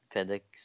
FedEx